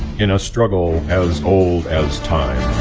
in a struggle as old as time,